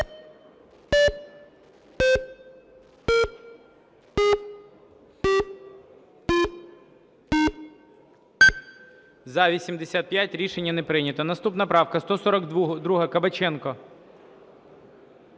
За-85 Рішення не прийнято. Наступна правка 142, Кабаченко.